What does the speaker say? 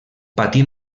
patí